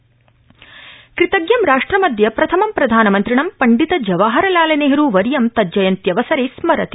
बालदिवस कृतज्ञं राष्ट्रमदय प्रथमं प्रधानमन्त्रिणं पण्डित जवाहरलाल नेहरू वर्य तज्जयन्त्यवसरे स्मरति